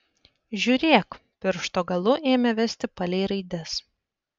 žiūrėk piršto galu ėmė vesti palei raides